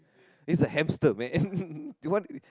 he is a hamster man you want